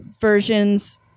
versions